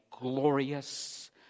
glorious